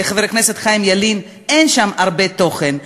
חבר הכנסת חיים ילין, אין שם הרבה תוכן.